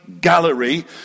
gallery